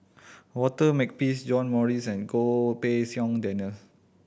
Walter Makepeace John Morrice and Goh Pei Siong Daniel